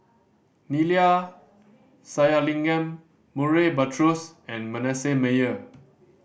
Neila Sathyalingam Murray Buttrose and Manasseh Meyer